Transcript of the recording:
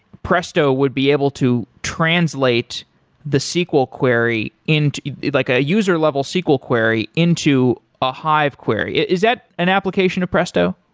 presto would be able to translate the sql query, in like a user level sql query into a hive query. is that an application of presto?